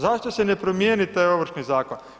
Zašto se ne promijeni taj Ovršni zakon?